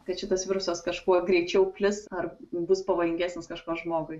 kad šitas virusas kažkuo greičiau plis ar bus pavojingesnis kažkuo žmogui